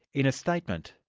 in a statement,